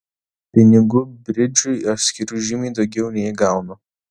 pinigų bridžui aš skiriu žymiai daugiau nei gaunu